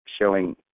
showing